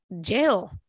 jail